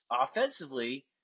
offensively